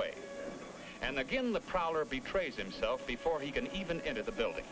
way and again the prowler betrays him self before he can even enter the building